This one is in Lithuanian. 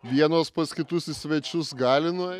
vienos pas kitus į svečius gali nuei